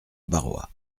barrois